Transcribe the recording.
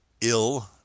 ill